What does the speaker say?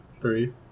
Three